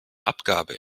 abgabe